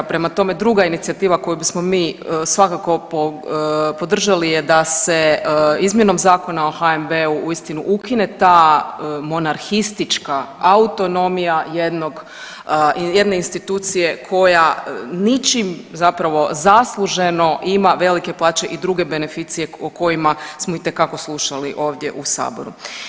Prema tome, druga inicijativa koju bismo mi svakako podržali je da se izmjenom Zakona o HNB-u istinu ukine ta monarhistička autonomija jedne institucije koja ničim zapravo zasluženo ima velike plaće i druge beneficije o kojima smo itekako slušali ovdje u Saboru.